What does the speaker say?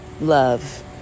love